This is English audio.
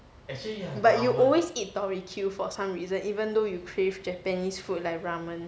but you always eat tori Q for some reason even though you crave japanese food like ramen